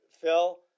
Phil